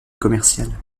commerciale